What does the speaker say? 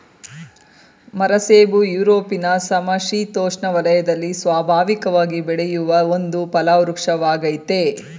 ಮರಸೇಬು ಯುರೊಪಿನ ಸಮಶಿತೋಷ್ಣ ವಲಯದಲ್ಲಿ ಸ್ವಾಭಾವಿಕವಾಗಿ ಬೆಳೆಯುವ ಒಂದು ಫಲವೃಕ್ಷವಾಗಯ್ತೆ